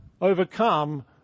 overcome